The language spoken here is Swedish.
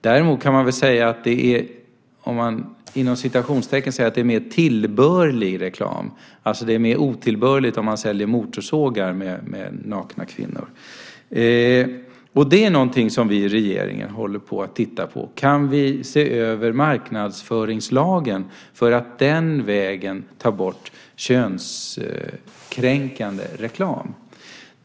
Däremot kan man säga att det är en mer "tillbörlig" reklam. Det är alltså mer otillbörligt att sälja motorsågar med nakna kvinnor på. I regeringen tittar vi nu på möjligheten att se över marknadsföringslagen för att den vägen ta bort könskränkande reklam.